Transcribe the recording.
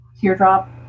teardrop